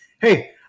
hey